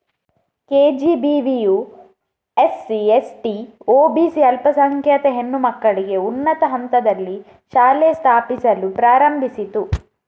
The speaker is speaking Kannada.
ಕೆ.ಜಿ.ಬಿ.ವಿಯು ಎಸ್.ಸಿ, ಎಸ್.ಟಿ, ಒ.ಬಿ.ಸಿ ಅಲ್ಪಸಂಖ್ಯಾತ ಹೆಣ್ಣು ಮಕ್ಕಳಿಗೆ ಉನ್ನತ ಹಂತದಲ್ಲಿ ಶಾಲೆ ಸ್ಥಾಪಿಸಲು ಪ್ರಾರಂಭಿಸಿತು